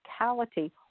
physicality